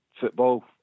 football